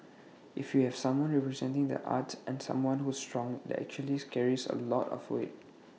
if you have someone representing the arts and someone who's strong IT actually carries A lot of weight